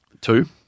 Two